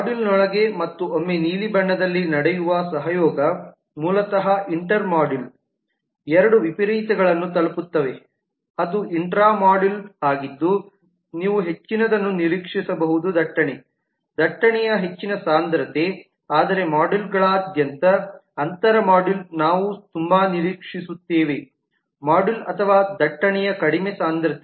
ಮಾಡ್ಯೂಲ್ನೊಳಗೆ ಮತ್ತು ಒಮ್ಮೆ ನೀಲಿ ಬಣ್ಣದಲ್ಲಿ ನಡೆಯುವ ಸಹಯೋಗ ಮೂಲತಃ ಇಂಟರ್ ಮಾಡ್ಯೂಲ್ ಎರಡು ವಿಪರೀತಗಳನ್ನು ತಲುಪುತ್ತದೆ ಅದು ಇಂಟ್ರಾ ಮಾಡ್ಯೂಲ್ ಆಗಿದ್ದು ನೀವು ಹೆಚ್ಚಿನದನ್ನು ನಿರೀಕ್ಷಿಸಬಹುದು ದಟ್ಟಣೆ ದಟ್ಟಣೆಯ ಹೆಚ್ಚಿನ ಸಾಂದ್ರತೆ ಆದರೆ ಮಾಡ್ಯೂಲ್ಗಳಾದ್ಯಂತ ಅಂತರ ಮಾಡ್ಯೂಲ್ ನಾವು ತುಂಬಾ ನಿರೀಕ್ಷಿಸುತ್ತೇವೆ ಮಾಡ್ಯೂಲ್ ಅಥವಾ ದಟ್ಟಣೆಯ ಕಡಿಮೆ ಸಾಂದ್ರತೆ